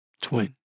twin